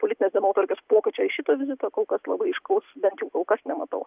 politinės dienotvarkės pokyčio iš šito vizito kol kas labai aiškaus bent jau kol kas nematau